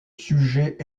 sujet